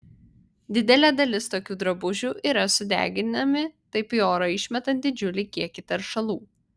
didelė dalis tokių drabužių yra sudeginami taip į orą išmetant didžiulį kiekį teršalų